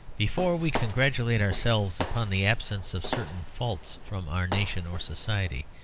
before we congratulate ourselves upon the absence of certain faults from our nation or society,